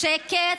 בשקט,